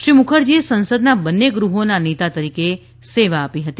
શ્રી મુખર્જીએ સંસદના બંને ગૃહોના નેતા તરીકે સેવા આપી હતી